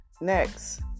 Next